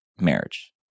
marriage